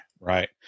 Right